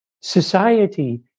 Society